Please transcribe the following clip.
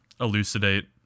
elucidate